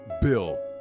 bill